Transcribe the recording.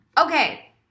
Okay